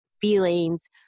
feelings